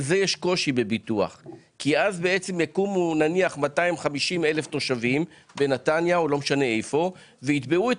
כי אז יכולים לקום תושבים ולתבוע את